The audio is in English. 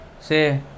say